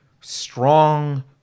strong